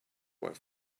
were